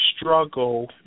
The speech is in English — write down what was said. struggle